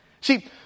See